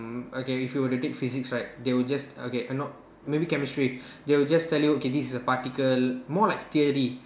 okay if you were to take physics right they will just okay uh no maybe chemistry they will just tell you okay this is a particle more like theory